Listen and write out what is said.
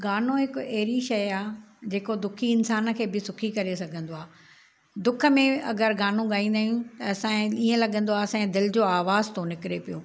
गानो हिकु अहिड़ी शइ आहे जेको दुखी इंसानु खे बि सुखी करे सघंदो आहे दुख में अगरि गानो गाईंदा आहियूं त असांखे ईअं लॻंदो आहे असांजे दिलि जो आवाज़ु थो निकिरे पियो